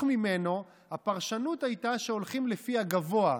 ממנו הפרשנות הייתה שהולכים לפי הגבוה,